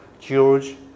George